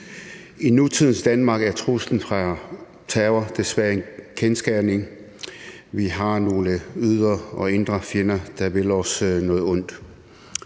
I nutidens Danmark er truslen fra terror desværre en kendsgerning. Vi har nogle ydre og indre fjender, der vil os noget ondt.